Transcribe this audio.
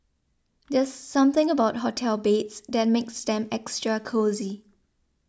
there's something about hotel beds that makes them extra cosy